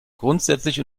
grundsätzlich